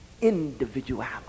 individuality